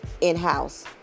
in-house